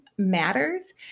matters